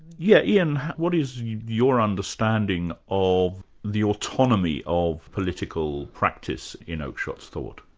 yeah ian, what is your understanding of the autonomy of political practice in oakeshott's thought?